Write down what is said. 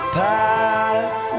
path